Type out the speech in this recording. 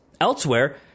Elsewhere